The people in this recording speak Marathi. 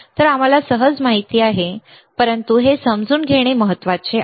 तर आम्हाला सहज माहित आहे परंतु तुम्हाला माहित आहे की हे समजून घेणे महत्वाचे आहे ठीक आहे